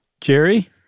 Jerry